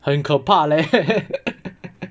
很可怕 leh